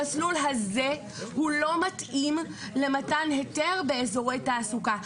המסלול הזה הוא לא מתאים למתן היתר באיזורי תעסוקה.